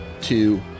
two